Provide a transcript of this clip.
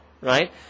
right